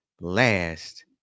last